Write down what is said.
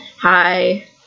Hi